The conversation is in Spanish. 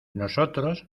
nosotros